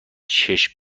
چشم